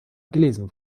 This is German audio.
gelesen